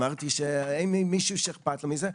אמרתי שהנה מישהו שאכפת לו מזה.